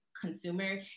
consumer